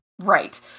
Right